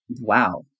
wow